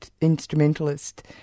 instrumentalist